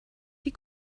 die